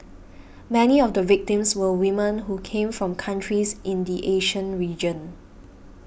many of the victims were women who came from countries in the Asian region